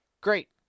great